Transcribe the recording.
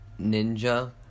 ninja